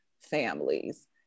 families